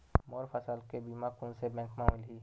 मोर फसल के बीमा कोन से बैंक म मिलही?